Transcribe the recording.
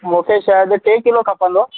मूंखे शायदि टे किलो खपंदो